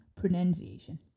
pronunciation